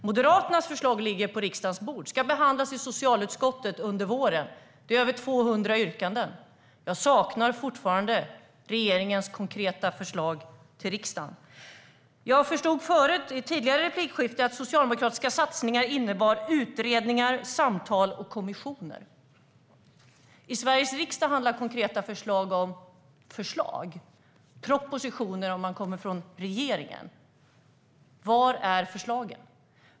Moderaternas förslag ligger på riksdagens bord och ska behandlas i socialutskottet under våren. Det är över 200 yrkanden. Jag saknar fortfarande regeringens konkreta förslag till riksdagen. Jag förstod i ett tidigare replikskifte att socialdemokratiska satsningar innebar utredningar, samtal och kommissioner. I Sveriges riksdag handlar konkreta förslag om förslag - om propositioner, om man kommer från regeringen. Var är förslagen?